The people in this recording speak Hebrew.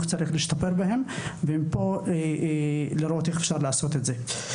צריך להשתפר בהם ושפה ננסה לראות איך אפשר לעשות את זה.